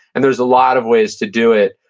and there's a lot of ways to do it.